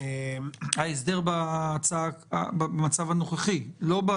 --- ההסדר במצב הנוכחי, לא בהצעת החוק.